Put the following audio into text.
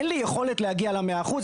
אין לי יכולת להגיע ל-100 אחוז,